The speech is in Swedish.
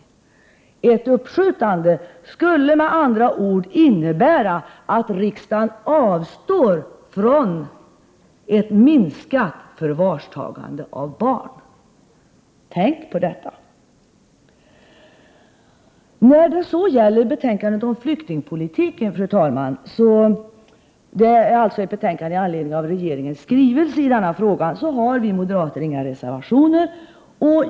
Ett uppskjutande skulle med andra ord innebära att riksdagen avstår från ett minskat iförvarstagande av barn. Tänk på detta! Fru talman! När det så gäller betänkandet om flyktingpolitiken i anledning av regeringens skrivelse i frågan har vi inga reservationer.